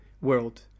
world